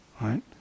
Right